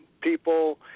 people